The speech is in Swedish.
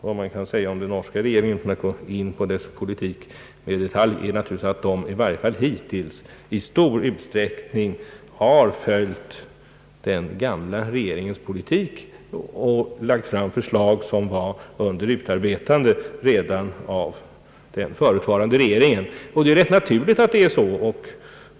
Vad man kan säga om den norska regeringen utan att gå in på dess politik i detalj är naturligtvis att den nya regeringen i varje fall hittills i stor utsträckning har följt den gamla regeringens politik och lagt fram förslag som var under utarbetande under den förutvarande regeringens tid. Det är naturligt att det är så.